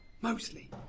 mostly